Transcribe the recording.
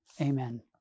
Amen